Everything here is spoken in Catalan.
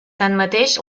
tanmateix